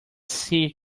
see